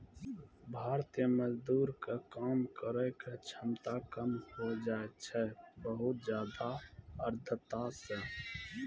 भारतीय मजदूर के काम करै के क्षमता कम होय जाय छै बहुत ज्यादा आर्द्रता सॅ